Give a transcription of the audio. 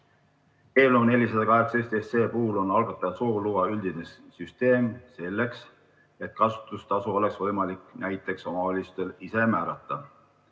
Eelnõu 418 puhul on algataja soov luua üldine süsteem selleks, et kasutustasu oleks võimalik näiteks omavalitsustel ise määrata.